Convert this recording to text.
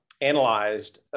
analyzed